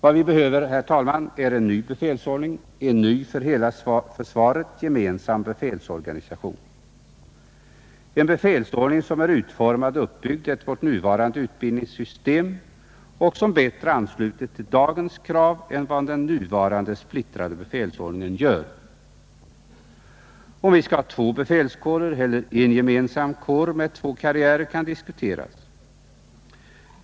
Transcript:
Vad vi behöver, herr talman, är en ny befälsordning, en ny, för hela försvaret gemensam befälsordning som är utformad och uppbyggd efter vårt nuvarande utbildningssystem i det civila samhället och som bättre ansluter till dagens krav än vad den nuvarande splittrade befälsordningen gör. Om vi skall ha två befälskårer eller en gemensam kår med två karriärer kan diskuteras.